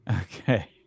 Okay